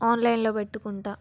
ఆన్లైన్లో పెట్టుకుంటాను